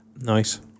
Nice